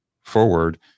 forward